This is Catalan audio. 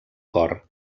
cor